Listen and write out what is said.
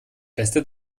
beste